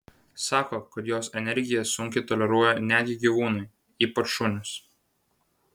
sako kad jos energiją sunkiai toleruoja netgi gyvūnai ypač šunys